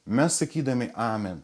mes sakydami amen